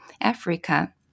Africa